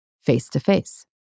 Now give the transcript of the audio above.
face-to-face